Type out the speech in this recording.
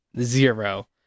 Zero